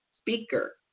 speaker